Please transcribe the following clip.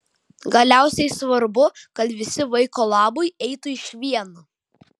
galiausiai svarbu kad visi vaiko labui eitų išvien